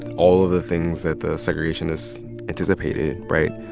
all of the things that the segregationists anticipated right?